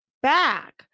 back